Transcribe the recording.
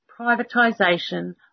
privatisation